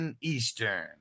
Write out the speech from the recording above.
Eastern